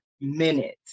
minute